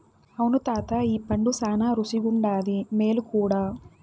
అవును తాతా ఈ పండు శానా రుసిగుండాది, మేలు కూడా